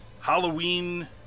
Halloween